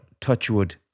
Touchwood